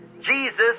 Jesus